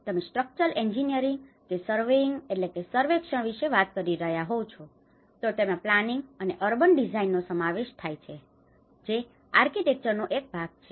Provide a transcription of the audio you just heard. તમે structural engineering કે surveying surveying સર્વેક્ષણ વિશે વાત કરી રહ્યા હોવ છો તો તેમાં પ્લાનિંગ અને અર્બન ડિજાઇનનો સમાવેશ થાય છે જે આર્કિટેક્ચરનો એક ભાગ છે